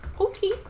Okay